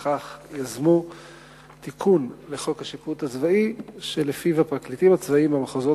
ולפיכך יזמו תיקון לחוק השיפוט הצבאי שלפיו הפרקליטים הצבאיים במחוזות